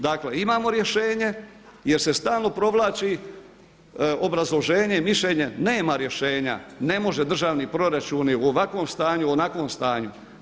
Dakle imamo rješenje jer se stalno provlači obrazloženje i mišljenje, nema rješenja, ne mogu državni proračuni u ovakvom stanju, u onakvom stanju.